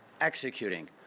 executing